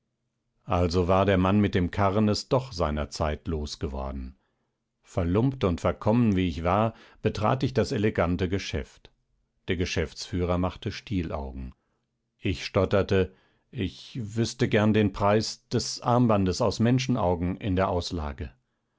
also war der mann mit dem karren es doch seinerzeit losgeworden verlumpt und verkommen wie ich war betrat ich das elegante geschäft der geschäftsführer machte stielaugen ich stotterte ich wüßte gern den preis des armbandes aus menschenaugen in der auslage